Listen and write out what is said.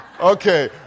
Okay